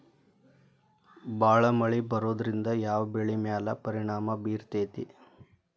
ಭಾಳ ಮಳಿ ಬರೋದ್ರಿಂದ ಯಾವ್ ಬೆಳಿ ಮ್ಯಾಲ್ ಪರಿಣಾಮ ಬಿರತೇತಿ?